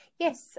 yes